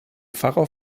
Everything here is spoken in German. pfarrer